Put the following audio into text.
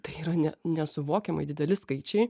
tai yra ne nesuvokiamai dideli skaičiai